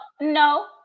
no